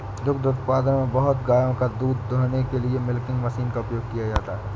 दुग्ध उत्पादन में बहुत गायों का दूध दूहने के लिए मिल्किंग मशीन का उपयोग किया जाता है